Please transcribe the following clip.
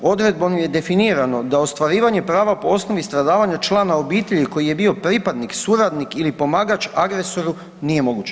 Odredbom je definirano da ostvarivanje prava po osnovi stradavanja člana obitelji koji je bio pripadnik, suradnik ili pomagač agresoru nije moguće.